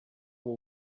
will